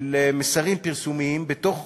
של מסרים פרסומיים בתוך